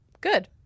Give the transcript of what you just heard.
Good